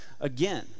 again